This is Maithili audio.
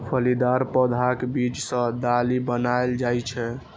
फलीदार पौधाक बीज सं दालि बनाएल जाइ छै